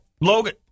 Logan